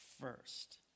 first